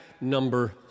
number